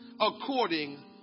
according